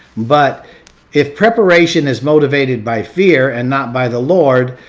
but if preparation is motivated by fear and not by the lord,